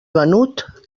venut